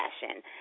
fashion